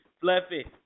fluffy